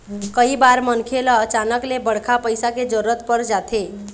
कइ बार मनखे ल अचानक ले बड़का पइसा के जरूरत पर जाथे